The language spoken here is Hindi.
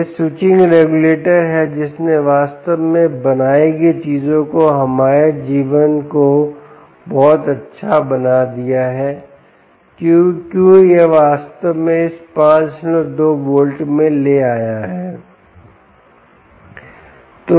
यह स्विचिंग रेगुलेटर है जिसने वास्तव में बनाई गई चीजों को हमारे जीवन को बहुत अच्छा बना दिया है क्योंकि यह वास्तव में इस 52 वोल्ट में ले आया है